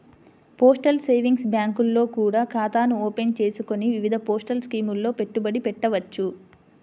postal savings బ్యాంకుల్లో కూడా ఖాతాను ఓపెన్ చేసుకొని వివిధ పోస్టల్ స్కీముల్లో పెట్టుబడి పెట్టవచ్చు